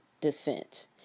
descent